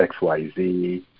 XYZ